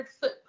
foot